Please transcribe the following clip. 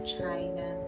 China